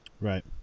Right